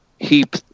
heap